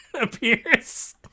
appears